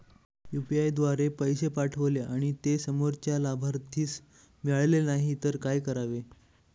UPI द्वारे पैसे पाठवले आणि ते समोरच्या लाभार्थीस मिळाले नाही तर काय करावे?